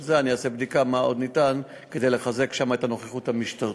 אני אעשה בדיקה מה עוד ניתן לעשות כדי לחזק שם את הנוכחות המשטרתית.